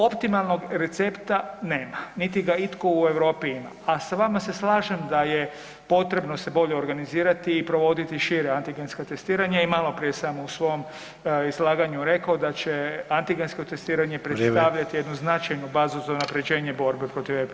Optimalnog recepta nema niti ga itko u Europi ima, a s vama se slažem da je potrebno se bolje organizirati i provoditi šire antigenska testiranje, i maloprije sam u svom izlaganju rekao da će antigensko testiranje [[Upadica: Vrijeme.]] predstavljati jednu značajnu bazu za unaprjeđenje borbe protiv epilepsije.